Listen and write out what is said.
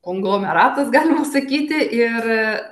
konglomeratas galima sakyti ir